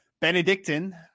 Benedictine